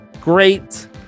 great